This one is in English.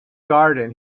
garden